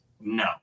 No